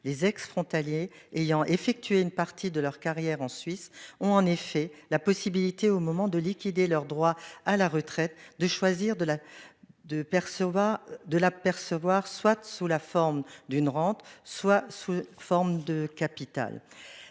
Les ex-frontalier ayant effectué une partie de leur carrière en Suisse ont en effet la possibilité au moment de liquider leurs droits à la retraite de choisir de la de sauva de la percevoir Swat, sous la forme d'une rente, soit sous forme de capital.